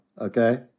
Okay